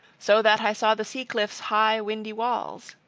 so that i saw the sea-cliffs high, windy walls.